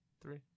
Three